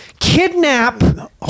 kidnap